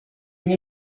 nie